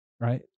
right